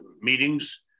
meetings